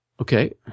okay